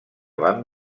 van